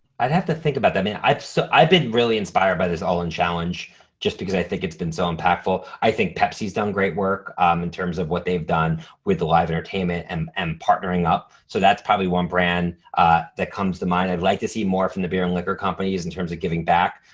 i'd have to think about i mean that. so i've been really inspired by this all in challenge just because i think it's been so impactful. i think pepsi's done great work um in terms of what they've done with the live entertainment and and partnering up. so that's probably one brand that comes to mind. i'd like to see more from the beer and liquor companies in terms of giving back,